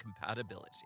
compatibility